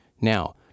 Now